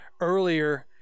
earlier